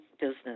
business